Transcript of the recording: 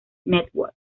network